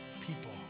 people